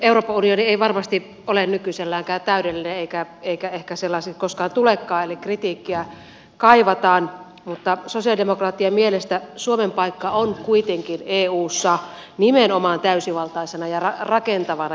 euroopan unioni ei varmasti ole nykyiselläänkään täydellinen eikä ehkä sellaiseksi koskaan tulekaan eli kritiikkiä kaivataan mutta sosialidemokraattien mielestä suomen paikka on kuitenkin eussa nimenomaan täysivaltaisena ja rakentavana jäsenenä